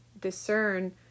discern